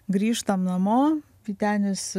grįžtam namo vytenis